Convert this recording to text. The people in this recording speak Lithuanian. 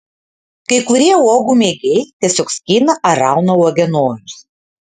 kai kurie uogų mėgėjai tiesiog skina ar rauna uogienojus